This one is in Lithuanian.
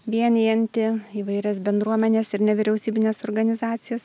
vienijanti įvairias bendruomenes ir nevyriausybines organizacijas